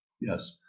Yes